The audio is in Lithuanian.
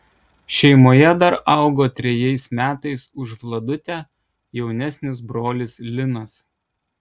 šeimoje dar augo trejais metais už vladutę jaunesnis brolis linas